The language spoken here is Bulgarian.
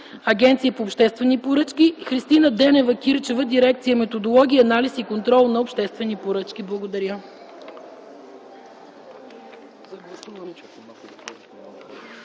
Агенцията по обществени поръчки, Христина Денева Кирчева – дирекция „Методология, анализ и контрол на обществени поръчки”. Благодаря.